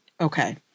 Okay